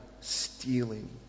stealing